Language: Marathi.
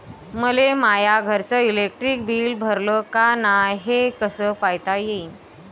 मले माया घरचं इलेक्ट्रिक बिल भरलं का नाय, हे कस पायता येईन?